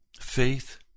faith